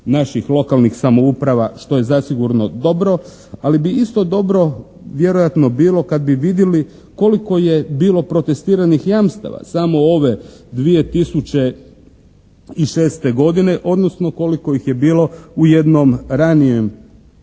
naših lokalnih samouprava što je zasigurno dobro, ali bi isto dobro vjerojatno bilo kada bi vidjeli koliko je bilo protestiranih jamstava samo ove 2006. godine odnosno koliko ih je bilo u jednom ranijem